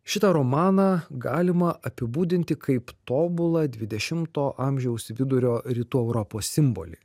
šitą romaną galima apibūdinti kaip tobulą dvidešimto amžiaus vidurio rytų europos simbolį